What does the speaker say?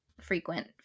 frequent